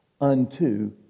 unto